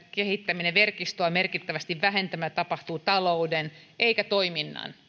kehittäminen verkostoa merkittävästi vähentämällä tapahtuu talouden eikä toiminnan